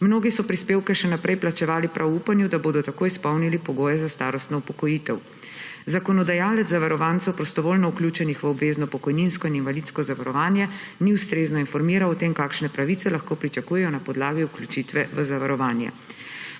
Mnogi so prispevke še naprej plačevali prav v upanju, da bodo takoj izpolnili pogoje za starostno upokojitev. Zakonodajalec zavarovancev, prostovoljno vključenih v obvezno pokojninsko in invalidsko zavarovanje, ni ustrezno informiral o tem, kakšne pravice lahko pričakujejo na podlagi vključitve v zavarovanje.